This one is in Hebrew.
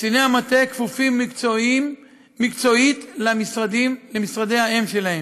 קציני המטה כפופים מקצועית למשרדי האם שלהם,